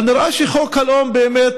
אבל נראה שחוק הלאום באמת